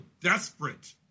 desperate